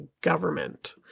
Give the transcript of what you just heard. government